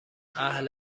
اهل